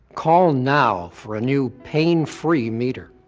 call now for a new pain-free meter.